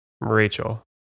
Rachel